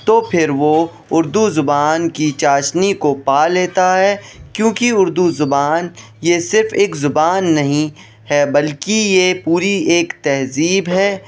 تو پھر وہ اردو زبان کی چاشنی کو پا لیتا ہے کیوںکہ اردو زبان یہ صرف ایک زبان نہیں ہے بلکہ یہ ایک پوری تہذیب ہے